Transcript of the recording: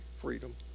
freedom